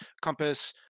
compass